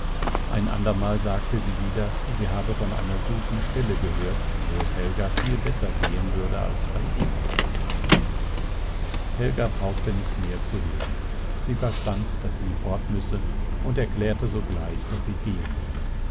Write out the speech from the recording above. ein andermal sagte sie wieder sie habe von einer guten stelle gehört wo es helga viel besser gehen würde als bei ihnen helga brauchte nicht mehr zu hören sie verstand daß sie fort müsse und erklärte sogleich daß sie gehen wolle